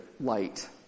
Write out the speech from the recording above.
light